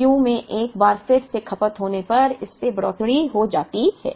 Q में एक बार फिर से खपत होने पर इसमें बढ़ोतरी हो जाती है